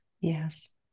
Yes